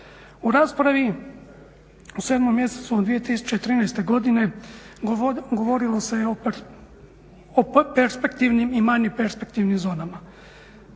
U raspravi u 7 mjesecu 2013. godine govorilo se je o perspektivnim i manje perspektivnim zonama.